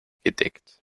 gedeckt